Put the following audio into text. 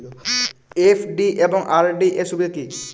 FD এবং RD এর সুবিধা কী?